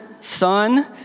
Son